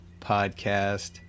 podcast